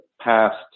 past